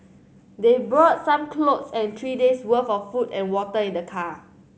they brought some clothes and three days' worth of food and water in the car